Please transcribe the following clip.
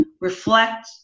reflect